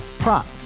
Prop